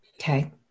Okay